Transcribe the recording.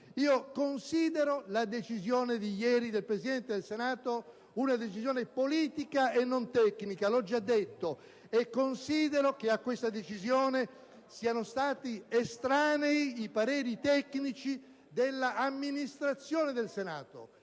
Io considero la decisione di ieri del Presidente del Senato un decisione politica e non tecnica - l'ho già detto - e considero che a questa decisione siano stati estranei i pareri tecnici dell'amministrazione del Senato.